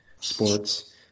sports